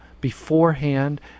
beforehand